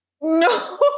No